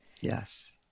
Yes